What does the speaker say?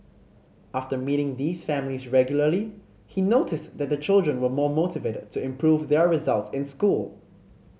after meeting these families regularly he noticed that the children were more motivated to improve their results in school